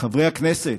חברי הכנסת,